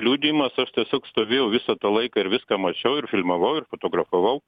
liudijimas aš tiesiog stovėjau visą tą laiką ir viską mačiau ir filmavau ir fotografavau